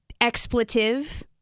expletive